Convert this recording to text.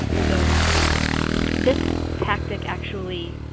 so this tactic actually